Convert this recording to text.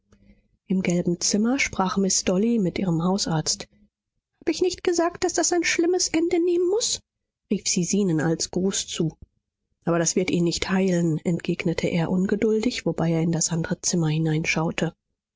im gelben zimmer sprach miß dolly mit ihrem hausarzt habe ich nicht gesagt daß das ein schlimmes ende nehmen muß rief sie zenon als gruß zu aber das wird ihn nicht heilen entgegnete er ungeduldig wobei er in das andere zimmer